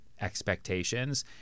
expectations